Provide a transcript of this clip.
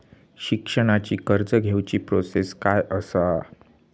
शिक्षणाची कर्ज घेऊची प्रोसेस काय असा?